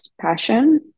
passion